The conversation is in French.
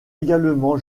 également